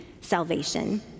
salvation